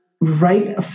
right